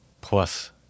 plus